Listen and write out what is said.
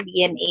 DNA